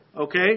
okay